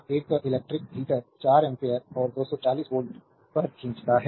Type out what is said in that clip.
एक electric heater 4 ampere और 240 volt पर खींचता है